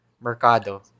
Mercado